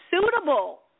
suitable